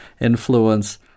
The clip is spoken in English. influence